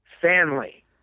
Family